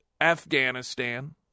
Afghanistan